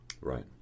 Right